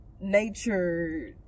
nature